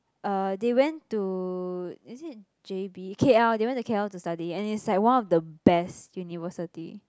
uh they went to is it J_B K_L they went to K_L to study and is like one of the best university